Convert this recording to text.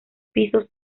pisos